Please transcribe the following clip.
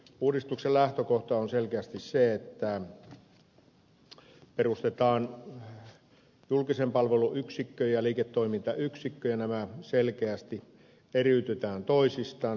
uudistuksen lähtökohta on selkeästi se että perustetaan julkisen palvelun yksikkö ja liiketoimintayksikkö ja nämä selkeästi eriytetään toisistaan